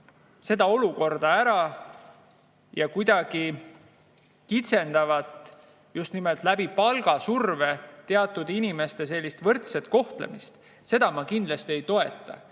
olukorda ära ja kuidagi kitsendavad just nimelt palgasurve kaudu teatud inimeste võrdset kohtlemist. Seda ma kindlasti ei toeta.